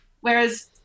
whereas